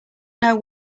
know